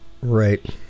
Right